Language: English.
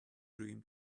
dream